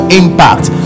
impact